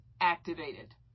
activated